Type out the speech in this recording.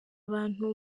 abantu